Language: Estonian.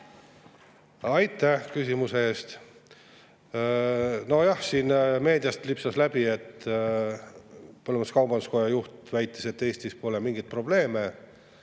Aitäh küsimuse eest! Nojah, meediast lipsas läbi, et põllumajandus-kaubanduskoja juht väitis, et Eestis pole mingeid probleeme.